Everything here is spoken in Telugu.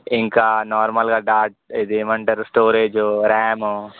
ఇంకా నార్మల్గా డాట్ ఇదేమి అంటారు స్టోరేజ్ ర్యాము